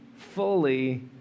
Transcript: fully